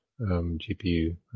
GPU